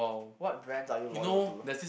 what brands are you loyal to